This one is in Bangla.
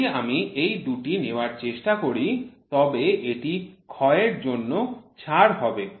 যদি আমি এই দুটি নেওয়ার চেষ্টা করি তবে এটি ক্ষয়ের জন্য ছাড় হবে